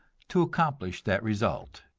to accomplish that result.